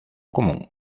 común